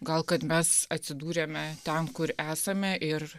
gal kad mes atsidūrėme ten kur esame ir